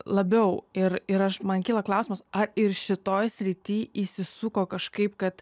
labiau ir ir aš man kyla klausimas ar ir šitoj srity įsisuko kažkaip kad